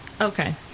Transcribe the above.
Okay